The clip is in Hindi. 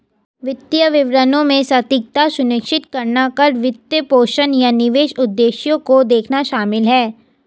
वित्तीय विवरणों में सटीकता सुनिश्चित करना कर, वित्तपोषण, या निवेश उद्देश्यों को देखना शामिल हैं